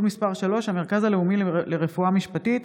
מס' 3) (המרכז הלאומי לרפואה משפטית),